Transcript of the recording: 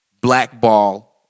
blackball